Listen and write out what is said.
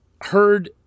heard